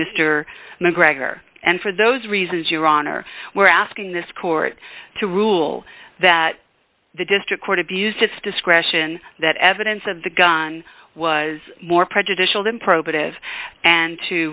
mr macgregor and for those reasons your honor we're asking this court to rule that the district court abused its discretion that evidence of the gun was more prejudicial than probative and to